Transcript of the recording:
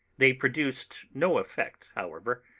they produced no effect, however,